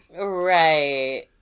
Right